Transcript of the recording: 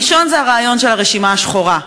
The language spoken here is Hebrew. הראשון זה הרעיון של הרשימה השחורה.